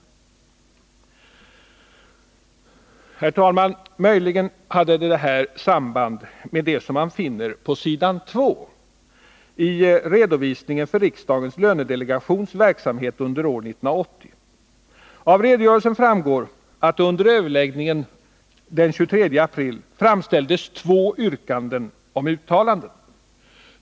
Herr talman! Möjligen hade detta samband med det som man finner på s. 2 iredovisningen för riksdagens lönedelegations verksamhet under år 1980. Av redogörelsen framgår att det under överläggningen den 23 april framställdes två yrkanden om uttalanden.